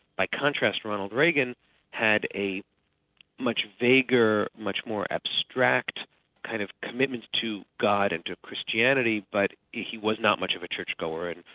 by contrast, ronald reagan had a much vaguer, much more abstract kind of commitment to god and to christianity, but he was not much of a churchgoer and